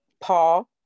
Paul